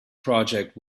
project